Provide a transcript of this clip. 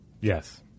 Yes